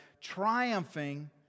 triumphing